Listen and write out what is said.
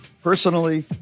Personally